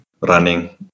running